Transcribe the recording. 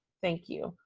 thank you,